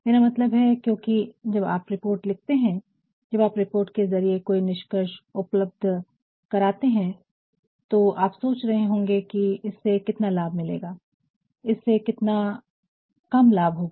मेरा मतलब है क्योकि जब आप रिपोर्ट लिखते है जब आप रिपोर्ट के ज़रिये कोई निष्कर्ष उपलब्ध कराया तो आप सोच रहे होंगे कि इससे कितना लाभ मिलेगा और इससे कितना काम लाभ होगा